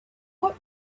what